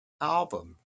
album